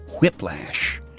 whiplash